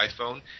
iPhone